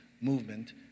movement